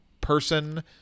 person –